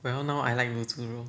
well now I like 卤猪肉